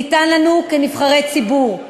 ניתן לנו כנבחרי ציבור.